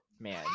Man